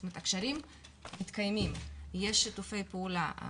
זאת אומרת, הקשרים מתקיימים, יש שיתופי פעולה.